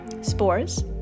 Spores